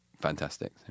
fantastic